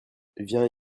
viens